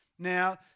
Now